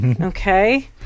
Okay